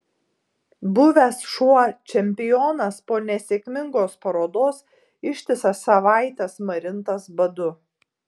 buvęs šuo čempionas po nesėkmingos parodos ištisas savaites marintas badu